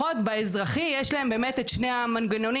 אם תסתכלו בהגדרה בחוק הגנה על עובדים וגם בחוק מבקר המדינה.